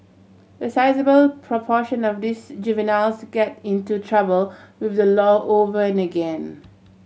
a sizeable proportion of these juveniles get into trouble with the law over and again